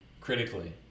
critically